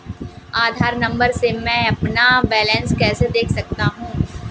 आधार number से मैं अपना बैलेंस कैसे देख सकता हूँ?